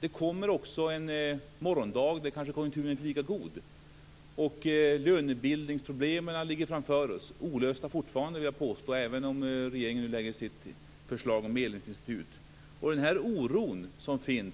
Det kommer en morgondag när konjunkturen kanske inte är lika god, och jag vill påstå att lönebildningsproblemen fortfarande ligger olösta framför oss, även om regeringen nu lägger fram ett förslag om ett medlingsinstitut. Den oro som jag